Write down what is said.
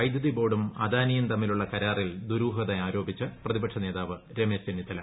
വൈദ്യതി ബോർഡും അദാനിയും തമ്മിലുള്ള കരാറിൽ ദുരൂഹത ആരോപിച്ച് പ്രതിപക്ഷനേതാവ് രമേശ് ചെന്നിത്തല